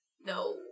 No